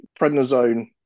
prednisone